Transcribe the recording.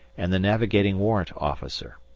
and the navigating warrant officer.